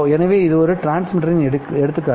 எனவே இது ஒரு டிரான்ஸ்மிட்டரின் எடுத்துக்காட்டு